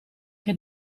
che